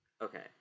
Okay